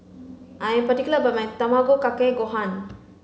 I am particular about my Tamago Kake Gohan